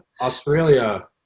Australia